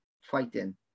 fighting